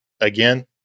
again